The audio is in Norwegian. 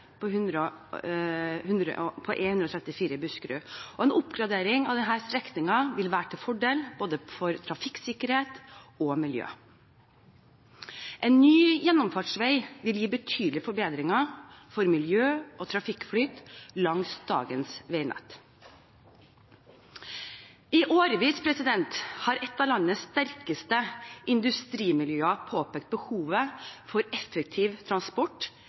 på E134 i Buskerud. En oppgradering av denne strekningen vil være til fordel både for trafikksikkerhet og miljø. En ny gjennomfartsvei vil gi betydelige forbedringer for miljø og trafikkflyt langs dagens veinett. I årevis har et av landets sterkeste industrimiljøer påpekt behovet for effektiv transport